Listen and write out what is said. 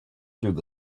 through